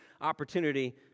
opportunity